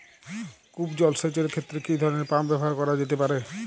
কূপ জলসেচ এর ক্ষেত্রে কি ধরনের পাম্প ব্যবহার করা যেতে পারে?